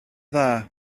dda